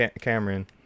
Cameron